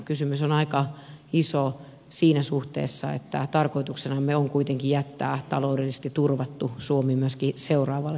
kysymys on aika iso siinä suhteessa että tarkoituksenamme on kuitenkin jättää taloudellisesti turvattu suomi myöskin seuraavalle sukupolvelle